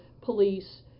police